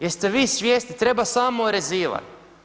Jeste vi svjesni, treba samo orezivat.